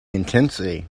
intensity